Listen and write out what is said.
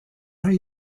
are